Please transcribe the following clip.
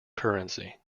currency